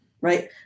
right